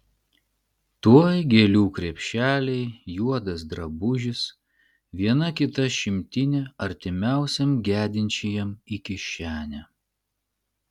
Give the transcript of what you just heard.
tuoj gėlių krepšeliai juodas drabužis viena kita šimtinė artimiausiam gedinčiajam į kišenę